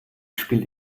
spielt